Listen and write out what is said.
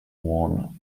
worn